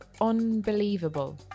unbelievable